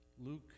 Luke